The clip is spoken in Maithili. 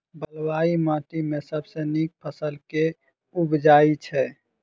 बलुई माटि मे सबसँ नीक फसल केँ उबजई छै?